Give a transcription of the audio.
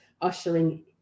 ushering